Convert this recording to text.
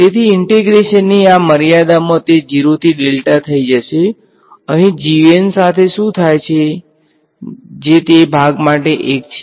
તેથી ઈંટેગ્રેશનની આ મર્યાદામાં તે 0 થી થઈ જશે અહીં સાથે શુ થાય છે જે તે ભાગ માટે 1 છે